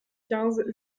quinze